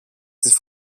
τις